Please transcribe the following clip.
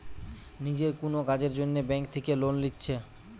নিজের কুনো কাজের জন্যে ব্যাংক থিকে লোন লিচ্ছে